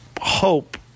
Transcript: hope